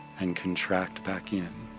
and contract back in